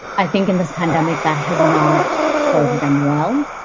i think in this pandemic that has not served them well,